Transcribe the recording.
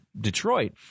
Detroit